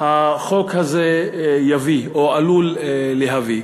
החוק הזה יביא, או עלול להביא.